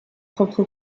propre